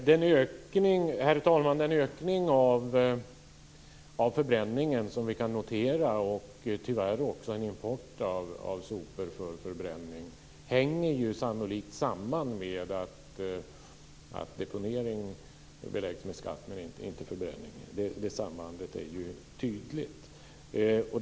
Herr talman! Den ökning av förbränningen som vi kan notera - vi har ju tyvärr också en import av sopor för förbränning - hänger sannolikt samman med att deponering beläggs med skatt, men inte förbränning. Det sambandet är ju tydligt.